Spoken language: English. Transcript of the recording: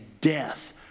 death